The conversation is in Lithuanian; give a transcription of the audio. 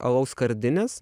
alaus skardinės